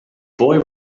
boy